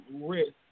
risk